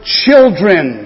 children